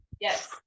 Yes